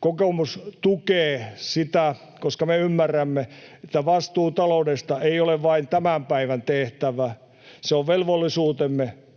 Kokoomus tukee sitä, koska me ymmärrämme, että vastuu taloudesta ei ole vain tämän päivän tehtävä, se on velvollisuutemme